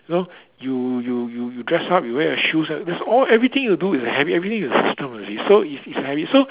so you you you you dress up you wear your shoes that's all everything you do is a habit everything is a system already so it's it's a habit so